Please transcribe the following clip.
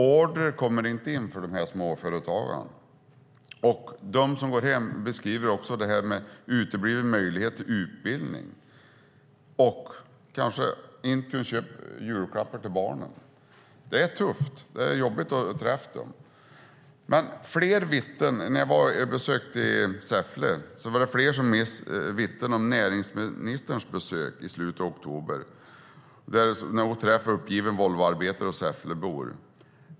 Order kommer inte in till de här småföretagarna. Och de som går hem beskriver den uteblivna möjligheten till utbildning. De kan kanske inte köpa julklappar till barnen. Det är tufft. Det är jobbigt att träffa dem. När jag besökte Säffle var det flera som vittnade om näringsministerns besök i slutet av oktober, när hon träffade uppgivna Volvoarbetare och Säfflebor.